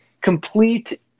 complete